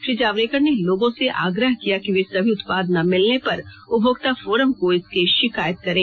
श्री जावडेकर ने लोगों से आग्रह किया के वे सही उत्पाद न मिलने पर उपभोक्ता फोरम में इसकी शिकायत करें